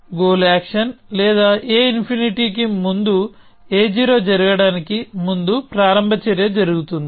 goal action లేదా a∞కి ముందు a0 జరగడానికి ముందు ప్రారంభ చర్య జరుగుతుంది